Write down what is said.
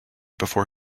before